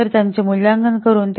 तर त्याचे मूल्यांकन करू